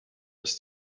ist